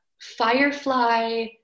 Firefly